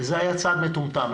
וזה היה צעד מטומטם.